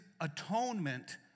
atonement